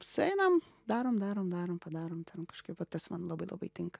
sueinam darom darom darom padarom ten kažkaip va tas man labai labai tinka